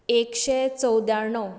एकशें चौद्याणव